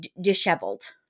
disheveled